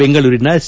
ಬೆಂಗಳೂರಿನ ಸಿ